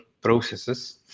processes